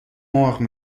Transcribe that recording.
مرغ